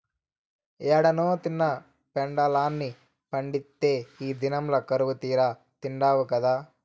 ఏనాడో తిన్న పెండలాన్ని పండిత్తే ఈ దినంల కరువుతీరా తిండావు గదా